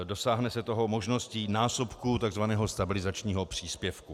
Dosáhne se toho možností násobku takzvaného stabilizačního příspěvku.